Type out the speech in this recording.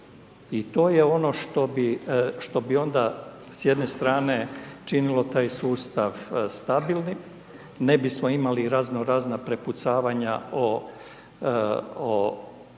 I to je ono što bi onda s jedne strane činilo taj sustav stabilnim, ne bismo imali raznorazna prepucavanja o